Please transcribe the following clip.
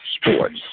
Sports